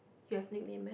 you have nickname meh